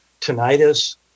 tinnitus